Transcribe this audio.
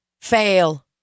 fail